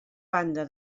banda